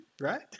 right